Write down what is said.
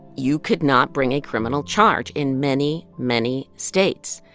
you could not bring a criminal charge in many, many states.